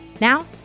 Now